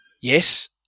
Yes